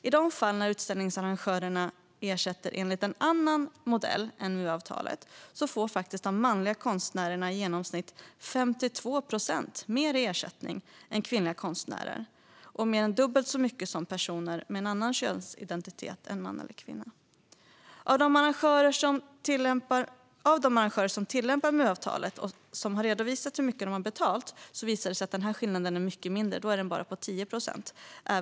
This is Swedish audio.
I de fall då utställningsarrangörerna ersätter enligt en annan arvoderingsmodell än MU-avtalet får faktiskt de manliga konstnärerna i genomsnitt 52 procent mer i ersättning än kvinnliga konstnärer och mer än dubbelt så mycket som personer med en annan könsidentitet än man eller kvinna. När man tittar på siffrorna från arrangörer som tillämpar MU-avtalet och som har redovisat hur mycket de har betalat ser man att den här skillnaden är mycket mindre och att manliga konstnärer bara har fått 10 procent mer.